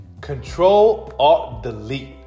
Control-Alt-Delete